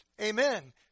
Amen